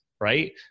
Right